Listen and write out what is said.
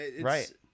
right